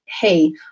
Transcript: Hey